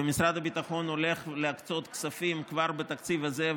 ומשרד הביטחון הולך להקצות כספים כבר בתקציב הזה,